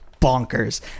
bonkers